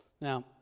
Now